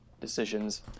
decisions